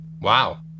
wow